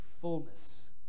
fullness